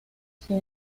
sin